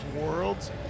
worlds